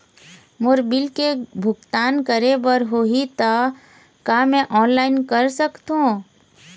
मोर bill के भुगतान करे बर होही ता का मैं ऑनलाइन कर सकथों?